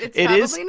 it is. you know